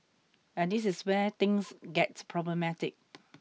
and this is where things get problematic